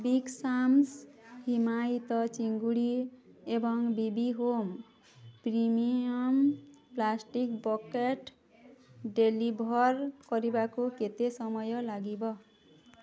big Sam's ହିମାୟିତ ଚିଙ୍ଗୁଡ଼ି ଏବଂ B B home premium plastic bucket deliver କରିବାକୁ କେତେ ସମୟ ଲାଗିବ